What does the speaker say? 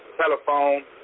telephone